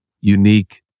unique